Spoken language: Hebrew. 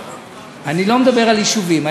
אני לא מדבר על יישובים.